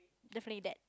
definitely that